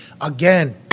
again